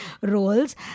roles